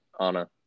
Anna